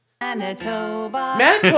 Manitoba